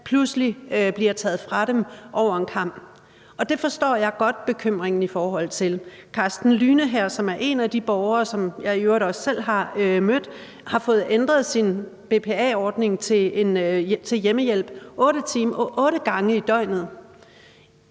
pludselig bliver taget fra dem over en kam. Og det forstår jeg godt bekymringen i forhold til. Karsten Jühne, som er en af de borgere her, som jeg i øvrigt også selv har mødt, har fået ændret sin BPA-ordning til hjemmehjælp otte gange i døgnet.